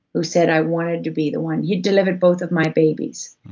who said, i wanted to be the one. he delivered both of my babies,